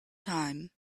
time